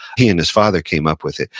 he and his father came up with it.